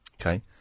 Okay